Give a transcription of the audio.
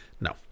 No